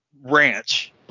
ranch